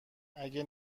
اگه